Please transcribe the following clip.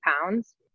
pounds